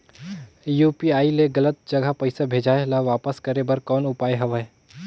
UPI ले गलत जगह पईसा भेजाय ल वापस करे बर कौन उपाय हवय?